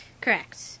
Correct